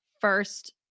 first